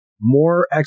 more